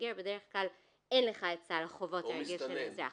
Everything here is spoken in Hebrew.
כמהגר בדרך כלל אין לך את סל החובות הרגיל של אזרח.